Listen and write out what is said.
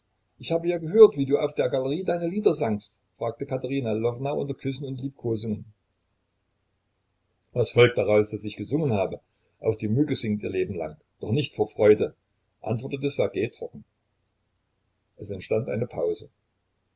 ich hab ja gehört wie du auf der galerie deine lieder sangst fragte katerina lwowna unter küssen und liebkosungen was folgt daraus daß ich gesungen habe auch die mücke singt ihr leben lang doch nicht vor freude antwortete ssjergej trocken es entstand eine pause